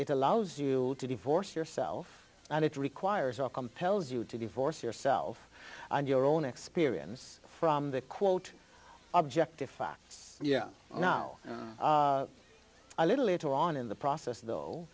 it allows you to divorce yourself and it requires all compels you to divorce yourself and your own experience from the quote objective facts yeah now a little later on in the process